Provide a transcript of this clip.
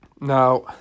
Now